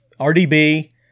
RDB